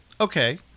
Okay